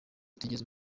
utigeze